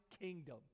kingdom